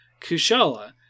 Kushala